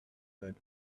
heard